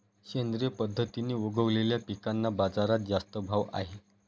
सेंद्रिय पद्धतीने उगवलेल्या पिकांना बाजारात जास्त भाव आहे